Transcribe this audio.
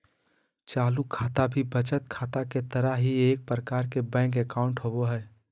चालू खाता भी बचत खाता के तरह ही एक प्रकार के बैंक अकाउंट होबो हइ